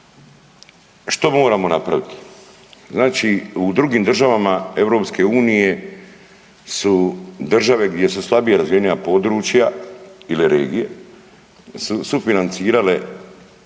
Što moramo napraviti? Znači u drugim državama Europske unije su države gdje su slabije razvijenija područja ili regije sufinancirale